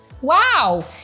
wow